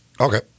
Okay